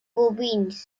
bovins